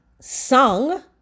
sung